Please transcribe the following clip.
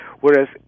Whereas